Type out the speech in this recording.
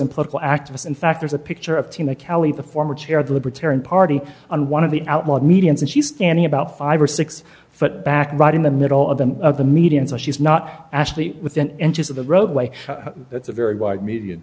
and political activists in fact there's a picture of tina kelly the former chair of the libertarian party on one of the outlawed mediums and she's standing about five or six foot back right in the middle of them the median so she's not actually within inches of the roadway that's a very wide media